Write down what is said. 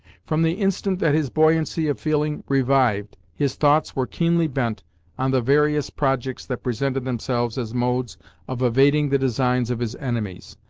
from the instant that his buoyancy of feeling revived, his thoughts were keenly bent on the various projects that presented themselves as modes of evading the designs of his enemies,